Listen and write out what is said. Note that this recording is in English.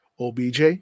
OBJ